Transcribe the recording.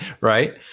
right